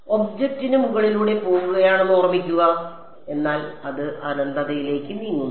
ഒബ്ജക്റ്റിന് മുകളിലൂടെ പോകുകയാണെന്ന് ഓർമ്മിക്കുക എന്നാൽ അത് അനന്തതയിലേക്ക് നീങ്ങുന്നു